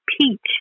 peach